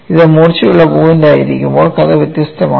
ഇത് മൂർച്ചയുള്ള പോയിന്റായിരിക്കുമ്പോൾ കഥ വ്യത്യസ്തമാണ്